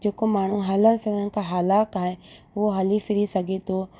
जेको माण्हू हलण फिरण खां हलाख आहे उहो हली फिरी सघे थो